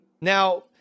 Now